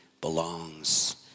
belongs